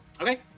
Okay